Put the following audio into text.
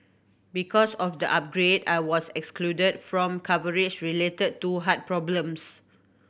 because of the upgrade I was excluded from coverage related to heart problems